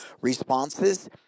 responses